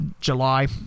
July